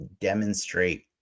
demonstrate